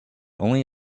only